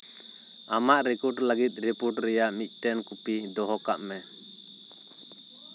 ᱟᱢᱟᱜ ᱨᱮᱠᱚᱨᱰ ᱞᱟᱹᱜᱤᱫ ᱨᱤᱯᱳᱨᱴ ᱨᱮᱭᱟᱜ ᱢᱤᱫᱴᱮᱱ ᱠᱚᱯᱤ ᱫᱚᱦᱚ ᱠᱟᱜ ᱢᱮ